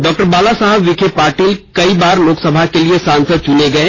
doctor Balasaheb Vikhe Patil कई बार लोकसभा के लिए सांसद चुने गए